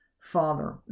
father